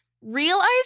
Realized